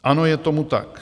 Ano je tomu tak.